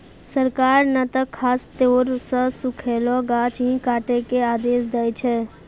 सरकार नॅ त खासतौर सॅ सूखलो गाछ ही काटै के आदेश दै छै